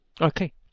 Okay